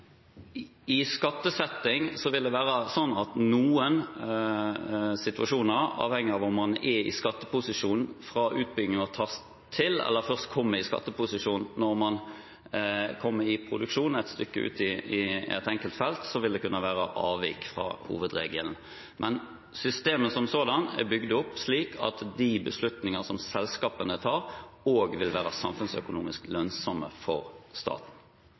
I skattesetting vil det i noen situasjoner – avhengig av om man er i skatteposisjon fra utbyggingen tar til, eller først kommer i skatteposisjon når man kommer i produksjon, et stykke ut i et enkelt felt – kunne være avvik fra hovedregelen. Men systemet som sådant er bygd opp slik at de beslutninger som selskapene tar, også vil være samfunnsøkonomisk lønnsomme for staten.